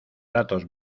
datos